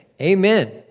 amen